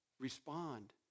respond